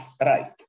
right